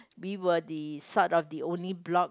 we were the sort of the only block